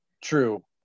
True